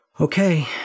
okay